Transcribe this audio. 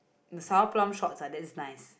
the sour plum shots lah that is nice